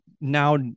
now